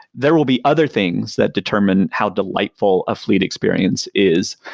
there will be other things that determine how delightful a fleet experience is,